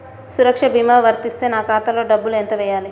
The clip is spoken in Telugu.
సురక్ష భీమా వర్తిస్తే నా ఖాతాలో డబ్బులు ఎంత వేయాలి?